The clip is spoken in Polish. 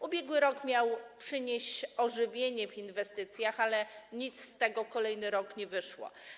Ubiegły rok miał przynieść ożywienie w inwestycjach, ale nic z tego, to kolejny rok, kiedy nie wyszło.